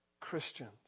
Christians